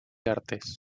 artes